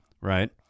right